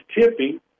tipping